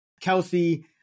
Kelsey